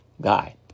Guy